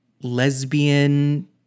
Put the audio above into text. lesbian